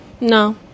No